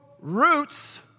roots